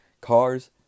cars